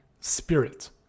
spirit